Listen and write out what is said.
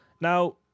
Now